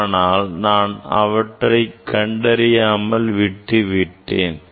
ஆனால் நான் அவற்றை கண்டறியாமல் விட்டுவிட்டேன்